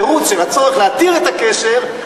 בתירוץ של הצורך להתיר את הקשר,